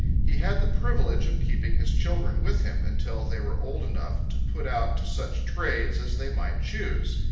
he had the privilege of keeping his children with him, until they were old enough to put out to such trades as they might choose.